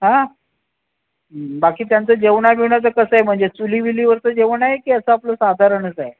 हां बाकी त्यांचं जेवणा बिवणाचं कसं आहे म्हणजे चुली बिलीवरचं जेवण आहे की असं आपलं साधारणच आहे